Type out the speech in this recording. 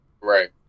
Right